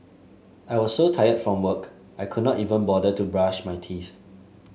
I was so tired from work I could not even bother to brush my teeth